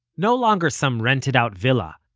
no longer some rented out villa,